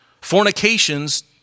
Fornication's